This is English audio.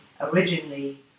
originally